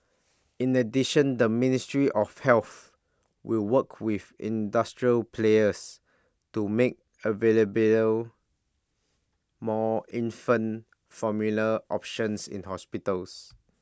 in addition the ministry of health will work with industrial players to make available more infant formula options in hospitals